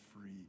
free